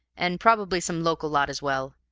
and probably some local lot as well.